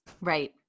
Right